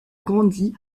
grandi